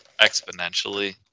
exponentially